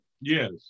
Yes